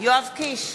יואב קיש,